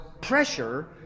pressure